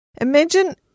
Imagine